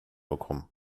bekommen